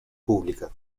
pública